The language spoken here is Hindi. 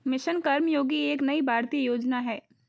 मिशन कर्मयोगी एक नई भारतीय योजना है